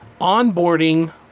onboarding